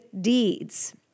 deeds